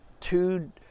two